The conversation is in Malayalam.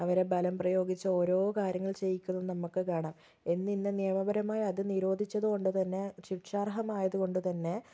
അവരെ ബലം പ്രയോഗിച്ചു ഓരോ കാര്യങ്ങൾ ചെയ്യിക്കുന്നതും നമുക്ക് കാണാം എന്നിന്ന് നിയമപരമായി അത് നിരോധിച്ചത് കൊണ്ട് തന്നെ ശിക്ഷാർഹമായത് കൊണ്ട് തന്നെ